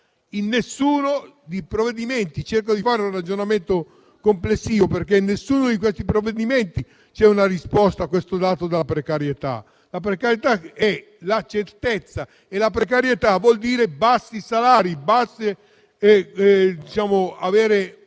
in nessuno di questi provvedimenti c’è una risposta a questo dato della precarietà. La precarietà è la certezza. E precarietà vuol dire bassi salari e un basso introito.